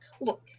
Look